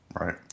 Right